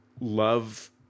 love